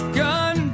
gun